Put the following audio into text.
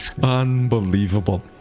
Unbelievable